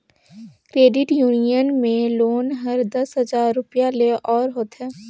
credit union में loan हर दस हजार रूपिया ले ओर होथे